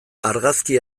argazki